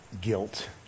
Guilt